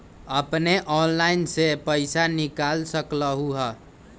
अपने ऑनलाइन से पईसा निकाल सकलहु ह?